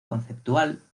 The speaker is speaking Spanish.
conceptual